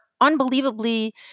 unbelievably